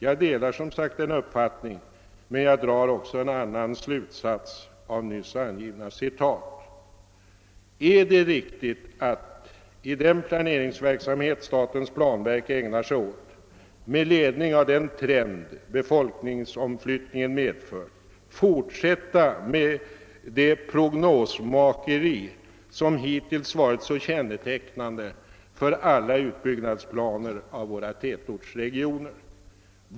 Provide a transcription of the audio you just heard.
Jag delar som sagt denna uppfattning men drar också en annan slutsats av det nyss citerade. är det riktigt att, i den planeringsverksamhet statens planverk ägnar sig åt med ledning av den trend = befolkningsomflyttningen medfört, fortsätta med det prognosmakeri som hittills varit så kännetecknande för alla utbyggnadsplaner av våra tätortsregioner?